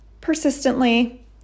persistently